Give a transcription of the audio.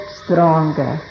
stronger